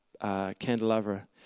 candelabra